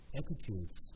attitudes